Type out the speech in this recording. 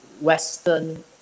Western